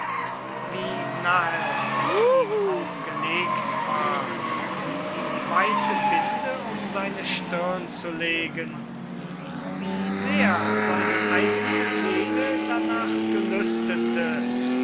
wie nahe es ihm auch gelegt war die weiße binde um seine stirn zu legen wie sehr seine eigene seele danach gelüstete